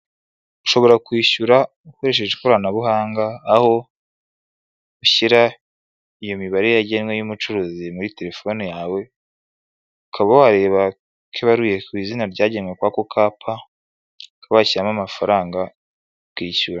Ushobora kwishyura ukoresheje ikoranabuhanga, aho ushyira iyo mibare yagenwe y'umucuruzi muri telefoni yawe, ukaba wareba ko ibaruye ku izina ryagenwe kuri ako kapa, ukaba washyiramo amafaranga ukishyura.